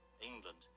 England